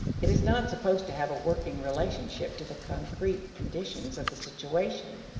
it is not supposed to have a working relationship to the concrete conditions of the situation.